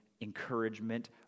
encouragement